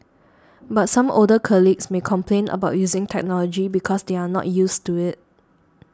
but some older colleagues may complain about using technology because they are not used to it